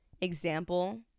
example